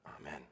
Amen